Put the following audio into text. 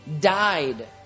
died